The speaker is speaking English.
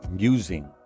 musing